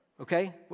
Okay